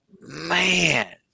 Man